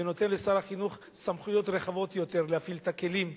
ונותן לשר החינוך סמכויות רחבות יותר להפעיל את הכלים,